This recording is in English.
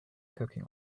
cooking